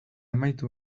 amaitu